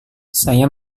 saya